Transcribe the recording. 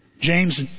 James